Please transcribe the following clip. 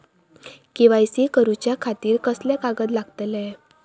KYC करूच्या खातिर कसले कागद लागतले?